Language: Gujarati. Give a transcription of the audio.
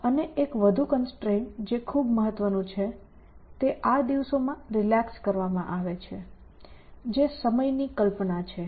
અને એક વધુ કન્સ્ટ્રેન્ટ જે ખૂબ મહત્વનું છે તે આ દિવસો માં રિલેક્સ કરવામાં આવે છે જે સમયની કલ્પના છે